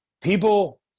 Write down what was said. People